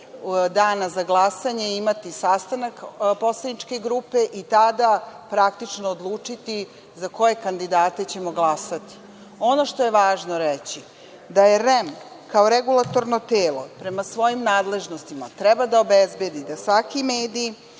dana za glasanje imati sastanak poslaničke grupe i tada, praktično odučiti za koje kandidate ćemo glasati. Ono što je važno reći da REM kao regulatorno telo prema svojim nadležnostima treba da obezbedi da svaki medij